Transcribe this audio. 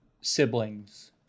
Siblings